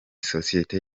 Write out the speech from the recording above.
sosiyeti